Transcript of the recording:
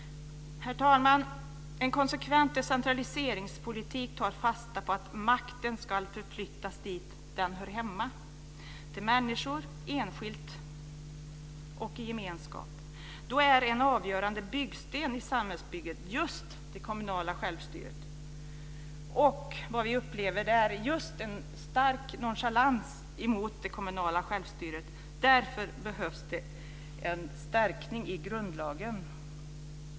Herr talman! En konsekvent decentraliseringspolitik tar fasta på att makten ska förflyttas dit där den hör hemma - till människor, enskilt och i gemenskap. Då är just det kommunala självstyret en avgörande byggsten i samhällsbygget. Men vad vi upplever är en stark nonchalans mot det kommunala självstyret. Därför behövs en stärkning i grundlagen.